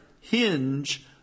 hinge